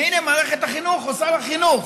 הינה, מערכת החינוך, או שר החינוך